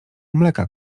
mleka